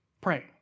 pray